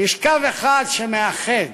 יש קו אחד מאחד